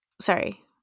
sorry